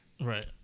Right